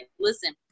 listen